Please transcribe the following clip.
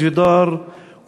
ממש לא סביר / בלוד,